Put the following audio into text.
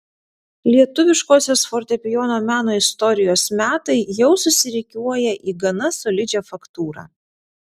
lietuviškosios fortepijono meno istorijos metai jau susirikiuoja į gana solidžią faktūrą